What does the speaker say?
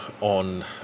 on